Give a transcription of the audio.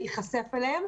ייחשף אליהם.